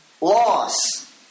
loss